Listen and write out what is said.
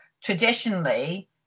traditionally